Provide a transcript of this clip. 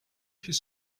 his